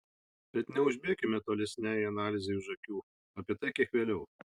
bet neužbėkime tolesnei analizei už akių apie tai kiek vėliau